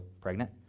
pregnant